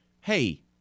hey